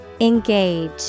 Engage